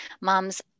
moms